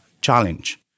challenge